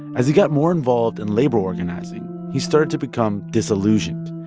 as he got more involved in labor organizing, he started to become disillusioned.